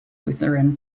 lutheran